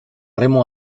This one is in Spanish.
remo